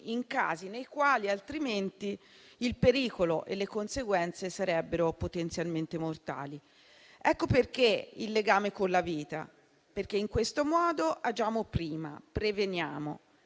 in casi nei quali altrimenti il pericolo e le conseguenze sarebbero potenzialmente mortali. Ecco perché il legame con la vita, perché in questo modo agiamo prima, preveniamo